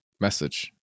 message